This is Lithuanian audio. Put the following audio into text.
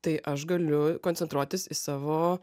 tai aš galiu koncentruotis į savo